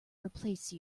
replace